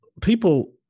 people